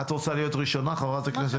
את רוצה להיות ראשונה, חברת הכנסת גוטליב?